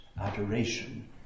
adoration